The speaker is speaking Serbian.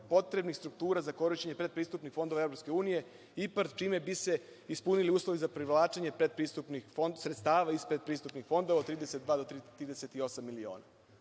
potrebnih struktura za korišćenje predpristupnih fondova Evropske unije IPARD, čime bi se ispunili uslovi za privlačenje predpristupnih sredstava ispred pristupnih fondova od 32 do 38 miliona.